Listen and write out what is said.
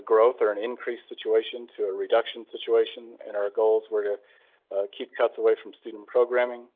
a growth or an increased situation to a reduction situation and our goals were to keep cats away from student programming.